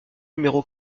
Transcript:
numéro